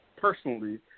personally